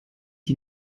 die